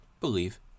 Believe